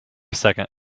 second